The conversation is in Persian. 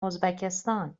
ازبکستان